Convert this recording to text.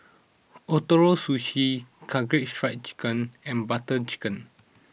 Ootoro Sushi Karaage Fried Chicken and Butter Chicken